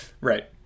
Right